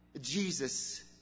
Jesus